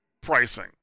Pricing